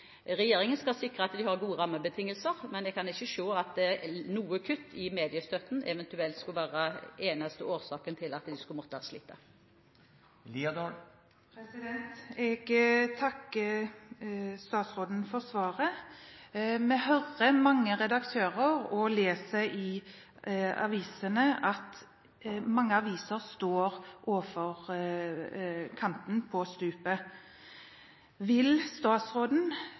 Regjeringen skal sikre at de har gode rammebetingelser, men jeg kan ikke se at noe kutt i mediestøtten eventuelt skulle være den eneste årsaken til at de skulle måtte slite. Jeg takker statsråden for svaret. Vi hører mange redaktører si – og vi leser om – at mange aviser står på kanten av stupet. Vil statsråden